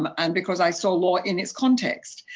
um and because i saw law in its context.